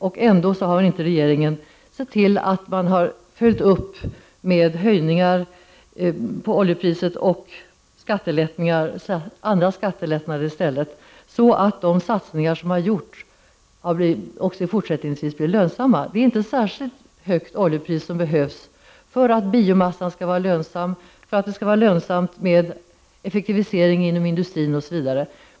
Regeringarna har ändå inte sett till att följa upp detta med höjningar på oljepriset och skattelättnader för annan energi, så att de satsningar som har gjorts också fortsättningsvis blir lönsamma. Det är inte ett särskilt högt oljepris som behövs för att biomassa skall vara lönsam och för att det skall vara lönsamt med effektivisering inom industrin osv.